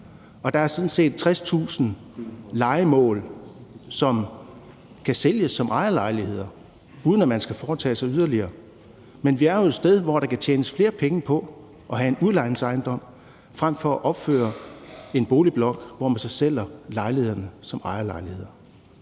der er sådan set 60.000 lejemål, som kan sælges som ejerlejligheder, uden at man skal foretage sig yderligere, men vi er jo et sted, hvor der kan tjenes flere penge på at have en udlejningsejendom frem for at opføre en boligblok, hvor man så sælger lejlighederne som ejerlejligheder.